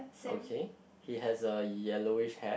okay he has a yellowish hair